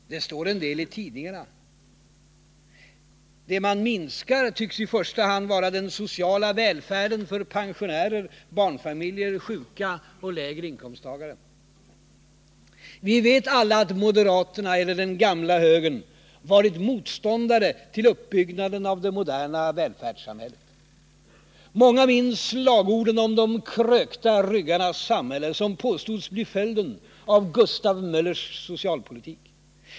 Det står en del i tidningarna. Det man minskar tycks i första hand vara den sociala välfärden för pensionärer, barnfamiljer, sjuka och lägre inkomsttagare. Vi vet alla att moderaterna, eller den gamla högern, varit motståndare till uppbyggnaden av det moderna välfärdssamhället. Många minns slagorden om de krökta ryggarnas samhälle, som påstods bli följden av Gustav Möllers socialpolitik.